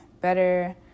better